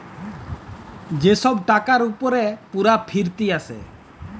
যে ছব টাকার উপরে পুরা ফিরত আসে